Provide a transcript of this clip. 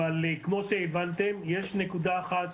אבל כמו שהבנתם, יש נקודה אחת.